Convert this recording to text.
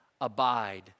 Abide